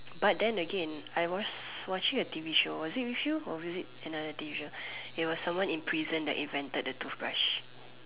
but then again I was watching a T_V show was it with you or was it another T_V show it was someone in prison that invented the toothbrush